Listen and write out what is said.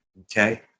Okay